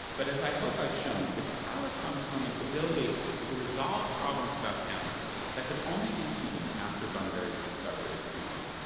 but as i hope i've shown, its power comes from its ability to resolve problems about hamlet that could only be seen after bunbury's discovery of q one.